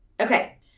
Okay